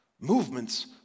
Movements